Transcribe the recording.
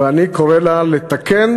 ואני קורא לה לתקן,